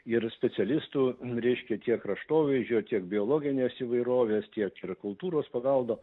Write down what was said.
ir specialistų reiškia tiek kraštovaizdžio tiek biologinės įvairovės tiek ir kultūros paveldo